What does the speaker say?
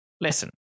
listen